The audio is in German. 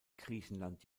griechenland